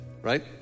right